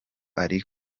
ari